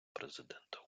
президента